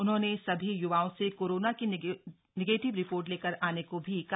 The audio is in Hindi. उन्होंने सभी य्वाओं से कोरोना की नेगेटिव रिपोर्ट लेकर आने को भी कहा